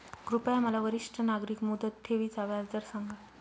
कृपया मला वरिष्ठ नागरिक मुदत ठेवी चा व्याजदर सांगा